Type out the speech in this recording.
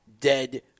dead